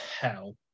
hell